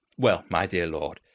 well, my dear lord,